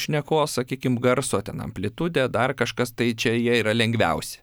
šnekos sakykim garso ten amplitudė dar kažkas tai čia jie yra lengviausi